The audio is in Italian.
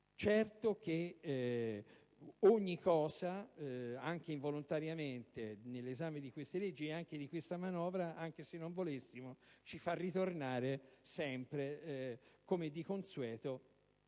Certo è che ogni aspetto, anche involontariamente, nell'esame di queste leggi e di questa manovra, anche se non volessimo ci fa tornare sempre, come di consueto,